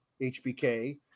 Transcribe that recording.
HBK